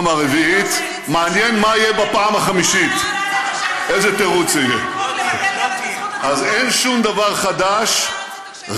ולכן היא לא יודעת שאין פה שום דבר חדש,